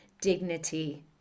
dignity